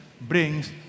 brings